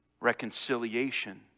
reconciliation